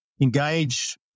engage